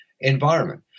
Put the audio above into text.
environment